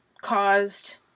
caused